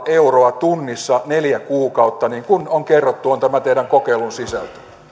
euroa tunnissa neljä kuukautta niin kuin on kerrottu että on tämän teidän kokeilunne sisältö